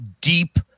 deep